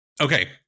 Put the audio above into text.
Okay